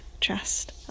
trust